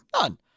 None